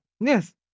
Yes